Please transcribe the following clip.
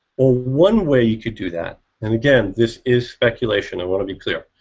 ah one way you could do that and again this is speculation i wanna be clear.